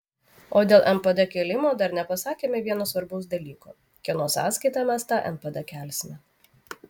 o dėl npd kėlimo dar nepasakėme vieno svarbaus dalyko kieno sąskaita mes tą npd kelsime